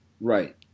Right